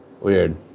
Weird